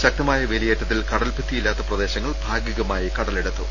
ശക്തമായ വേലിയേറ്റത്തിൽ കടൽഭിത്തി യില്ലാത്ത പ്രദേശങ്ങൾ ഭാഗിക മായി കടലെടുത്തു